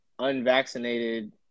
Unvaccinated